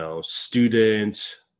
student